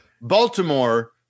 Baltimore